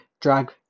drag